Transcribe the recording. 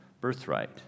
birthright